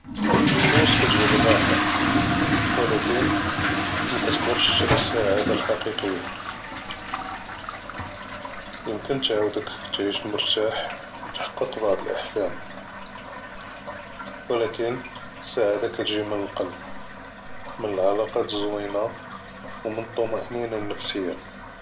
אֶלְפְּלוּס כּתְגִ'يب אֶלְרַחַא וּלָקִין מַקְתַּדֵּרְש תְּשַרִי אֶסְסַעָאדָה אֶלְחַקִיקִיָּה, יְמוּכֶּן תְּעוּדְּך תְּעַיֵּש מֻרְתַּח, תַּחַקֵּק בְּעַד אֶלְאַחְלָام, וּלָקִין אֶסְסַעָאדָה כּתְּגִ'י מִן אֶלְלְבּ מִן אֶלְעֲלַאקַּאת אֶזְזּוּיִּינָה וּמִן אֶלְטִּמְ'אנִינָה אֶלְנַּפְסִיָּה.